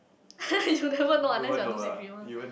you will never know unless you are lucid dreamer